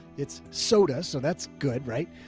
it's soda, so that's good. right?